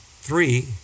Three